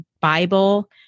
Bible